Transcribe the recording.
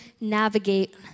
navigate